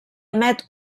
emet